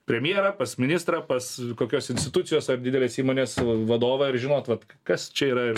premjerą pas ministrą pas kokios institucijos ar didelės įmonės vadovą ir žinot vat kas čia yra ir